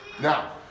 Now